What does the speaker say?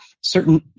certain